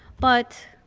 but